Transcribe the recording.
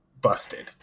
busted